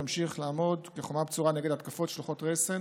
אמשיך לעבוד כחומה בצורה נגד התקפות שלוחות רסן